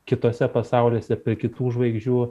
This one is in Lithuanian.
kituose pasauliuose prie kitų žvaigždžių